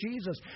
Jesus